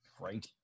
Right